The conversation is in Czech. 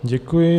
Děkuji.